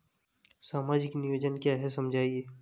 सामाजिक नियोजन क्या है समझाइए?